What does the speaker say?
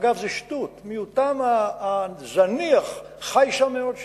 אגב, זו שטות, מיעוטם הזניח חי שם מאות שנים.